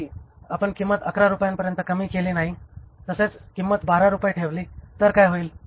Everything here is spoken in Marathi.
जरी आपण किंमत 11 रुपयांपर्यंत कमी केली नाही तसेच किंमत 12 रुपये ठेवली तर काय होईल